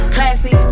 Classy